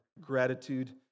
gratitude